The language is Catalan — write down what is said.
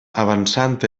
avançant